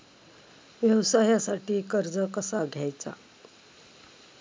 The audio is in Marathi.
व्यवसायासाठी कर्ज कसा घ्यायचा?